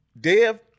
Dev